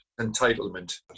entitlement